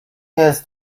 has